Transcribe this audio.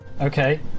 okay